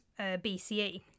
BCE